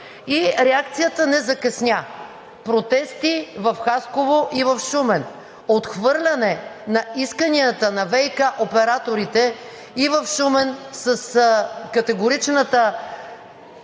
И реакцията не закъсня – протести в Хасково и в Шумен, отхвърляне на исканията на ВиК операторите и в Шумен с категоричната